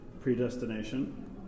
Predestination